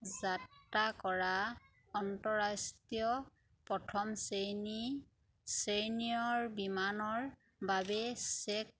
যাত্ৰা কৰা আন্তঃৰাষ্ট্ৰীয় প্ৰথম শ্ৰেণী শ্ৰেণীৰ বিমানৰ বাবে চেক